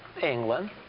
England